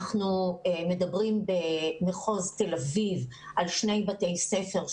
אנחנו מדברים במחוז תל אביב על שני בתי ספר.